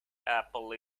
apple